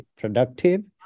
productive